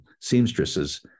seamstresses